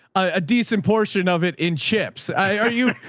a decent portion of it in chips. i, are you,